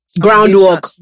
groundwork